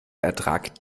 ertrag